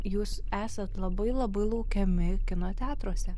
jūs esat labai labai laukiami kino teatruose